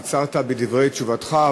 קיצרת בדברי תשובתך,